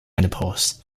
menopause